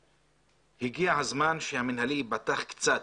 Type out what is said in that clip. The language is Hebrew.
'הגיע הזמן שהמנהלי ייפתח קצת.